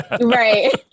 right